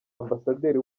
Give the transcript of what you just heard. ambasaderi